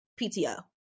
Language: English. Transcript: PTO